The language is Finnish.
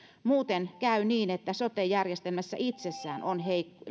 muuten käy niin että sote järjestelmässä itsessään on